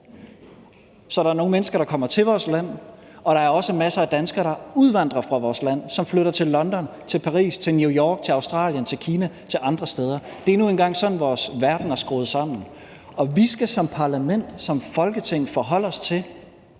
Så der er nogle mennesker, der kommer til vores land, og der er også masser af danskere, der udvandrer fra vores land, og som flytter til London, til Paris, til New York, til Australien, til Kina eller til andre steder. Det er nu engang sådan, vores verden er skruet sammen, og vi skal som parlament, som Folketing, forholde os til,